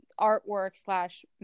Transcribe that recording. artwork/slash